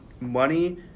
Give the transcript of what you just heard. money